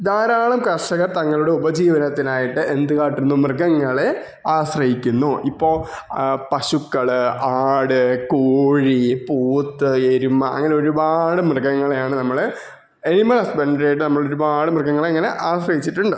ധാരാളം കർഷകർ തങ്ങളുടെ ഉപജീവനത്തിനായിട്ട് എന്ത് കാട്ടുന്നു മൃഗങ്ങളെ ആശ്രയിക്കുന്നു ഇപ്പോൾ പശുക്കള് ആട് കോഴി പോത്ത് എരുമ അങ്ങനൊരുപാട് മൃഗങ്ങളെയാണ് നമ്മള് അനിമൽ ഹസ്ബൻഡ്രിയായിട്ട് നമ്മളൊരുപാട് മൃഗങ്ങളെ ഇങ്ങനെ ആശ്രയിച്ചിട്ടുണ്ട്